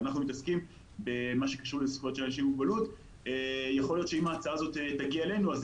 אנחנו מתעסקים במה שקשור לזכויות של אנשים עם מוגבלות,